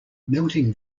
melting